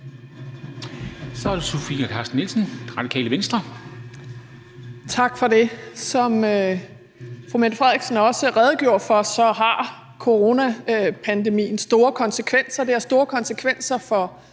Kl. 13:09 Sofie Carsten Nielsen (RV): Tak for det. Som fru Mette Frederiksen også redegjorde for, har coronapandemien store konsekvenser. Den har store konsekvenser for